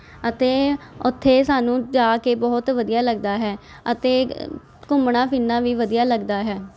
ਅਤੇ ਉੱਥੇ ਸਾਨੂੰ ਜਾ ਕੇ ਬਹੁਤ ਵਧੀਆ ਲੱਗਦਾ ਹੈ ਅਤੇ ਘੁੰਮਣਾ ਫਿਰਨਾ ਵੀ ਵਧੀਆ ਲੱਗਦਾ ਹੈ